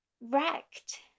wrecked